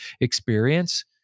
experience